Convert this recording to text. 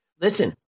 Listen